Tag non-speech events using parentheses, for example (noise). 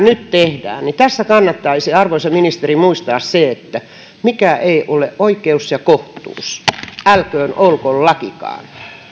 (unintelligible) nyt tehdään kannattaisi arvoisa ministeri muistaa se että mikä ei ole oikeus ja kohtuus älköön olko lakikaan